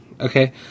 Okay